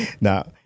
Now